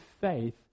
faith